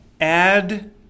add